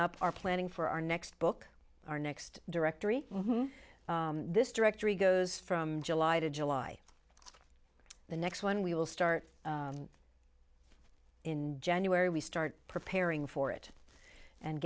up are planning for our next book our next directory this directory goes from july to july the next one we will start in january we start preparing for it and